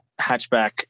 hatchback